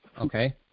Okay